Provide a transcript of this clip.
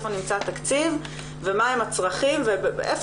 איפה נמצא התקציב ומה הם הצרכים ואיפה